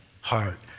heart